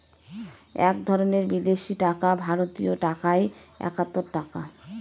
এক ধরনের বিদেশি টাকা ভারতীয় টাকায় একাত্তর টাকা